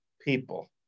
people